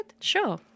Sure